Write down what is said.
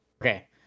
Okay